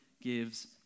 gives